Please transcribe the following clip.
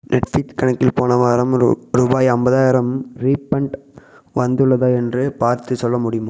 Netflix கணக்கில் போன வாரம் ரு ரூபாய் ஐம்பதாயிரம் ரீஃபண்ட் வந்துள்ளதா என்று பார்த்துச் சொல்ல முடியுமா